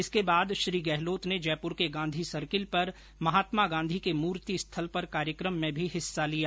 इसके बाद श्री गहलोत ने जयपूर के गांधी सर्किल पर महात्मा गांधी के मूर्ति स्थल पर कार्यक्रम में भी भाग लिया